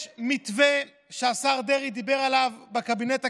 יש מתווה שהשר דרעי דיבר עליו בקבינט הקורונה,